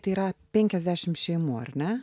tai yra penkiasdešim šeimų ar ne